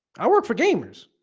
i work for gamers